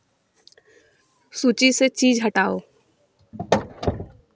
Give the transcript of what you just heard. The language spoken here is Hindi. सूची से चीज हटाओ